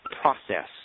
process